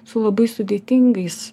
su labai sudėtingais